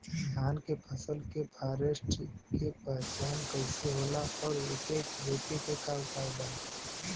धान के फसल के फारेस्ट के पहचान कइसे होला और एके रोके के उपाय का बा?